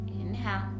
inhale